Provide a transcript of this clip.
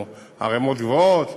ערימות גבוהות,